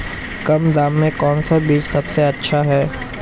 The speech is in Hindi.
कम दाम में कौन सा बीज सबसे अच्छा है?